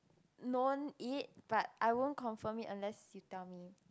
known it but I won't confirm it unless you tell me